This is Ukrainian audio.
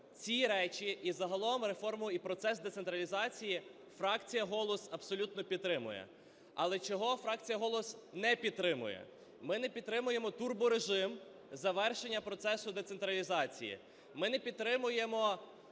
ці речі, і загалом реформу і процес децентралізації, фракція "Голос" абсолютно підтримує. Але чого фракція "Голос" не підтримує. Ми не підтримуємо турборежим завершення процесу децентралізації. Ми не підтримуємо